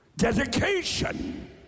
dedication